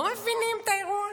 אתם לא מבינים את האירוע?